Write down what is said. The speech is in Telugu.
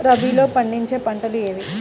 రబీలో పండించే పంటలు ఏవి?